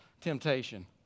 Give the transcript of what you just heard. temptation